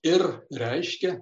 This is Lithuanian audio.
ir reiškia